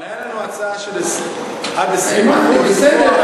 אבל הייתה לנו הצעה של עד 20% בסדר,